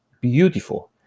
beautiful